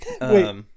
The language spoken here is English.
Wait